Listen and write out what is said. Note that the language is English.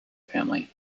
family